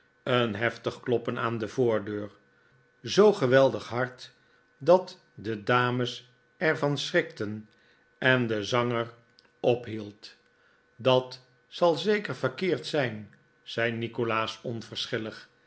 een heftig kloppen aan de voordeur zoo geweldig hard dat da dames er van schrikten en de zanger ophield dat zal zeker verkeerd zijn zei nikolaas